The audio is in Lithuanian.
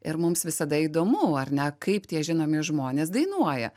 ir mums visada įdomu ar ne kaip tie žinomi žmonės dainuoja